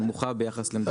נמוכה ביחס למדינות.